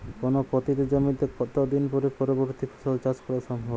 কোনো পতিত জমিতে কত দিন পরে পরবর্তী ফসল চাষ করা সম্ভব?